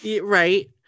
right